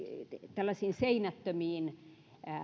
tällaisiin seinättömiin